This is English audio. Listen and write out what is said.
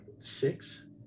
six